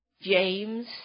James